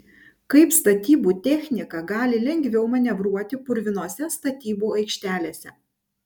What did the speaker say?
kaip statybų technika gali lengviau manevruoti purvinose statybų aikštelėse